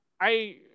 I-